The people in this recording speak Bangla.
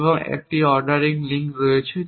এবং একটি অর্ডারিং লিঙ্ক রয়েছে